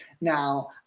Now